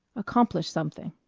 accomplish something.